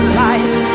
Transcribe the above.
light